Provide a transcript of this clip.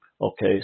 Okay